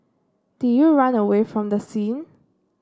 did you run away from the scene